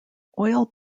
oil